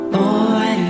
Boy